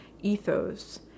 ethos